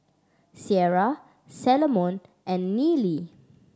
Ciera Salomon and Nealie